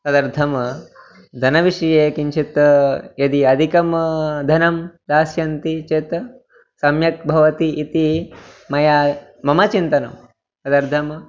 तदर्थं धनविषये किञ्चित् यदि अधिकं धनं दास्यन्ति चेत् सम्यक् भवति इति मम मम चिन्तनं तदर्थम्